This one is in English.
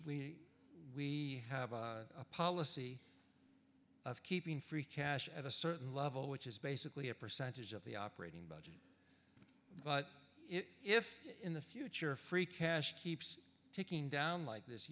we have a policy of keeping free cash at a certain level which is basically a percentage of the operating budget but if in the future free cash keeps ticking down like this